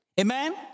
Amen